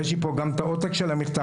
יש לי פה גם את העותק של המכתב,